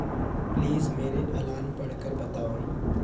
please मेरे alarm पढ़ कर बताओ